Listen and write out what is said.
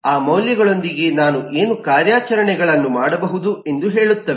ಆ ಮೌಲ್ಯದೊಂದಿಗೆ ನಾನು ಏನು ಕಾರ್ಯಾಚರಣೆಗಳನ್ನು ಮಾಡಬಹುದು ಎಂದು ಹೇಳುತ್ತವೆ